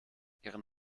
ihren